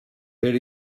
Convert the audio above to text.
per